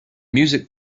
music